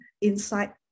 inside